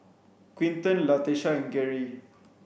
Quinten Latesha and Geri